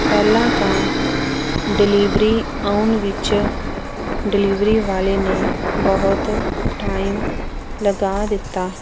ਪਹਿਲਾਂ ਤਾਂ ਡਲਿਵਰੀ ਆਉਣ ਵਿੱਚ ਡਲਿਵਰੀ ਵਾਲੇ ਨੇ ਬਹੁਤ ਟਾਇਮ ਲਗਾ ਦਿੱਤਾ